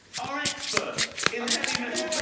our expert in heavy metal